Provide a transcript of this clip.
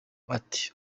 ati